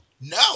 No